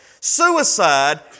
Suicide